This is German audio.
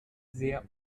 sehr